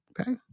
Okay